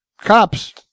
cops